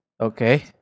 Okay